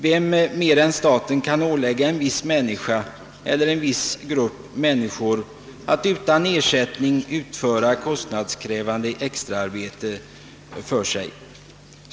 Vem mer än staten kan ålägga en viss människa elier grupp människor att utan ersättning utföra kostnadskrävande extraarbete för sig?